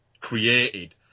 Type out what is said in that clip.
created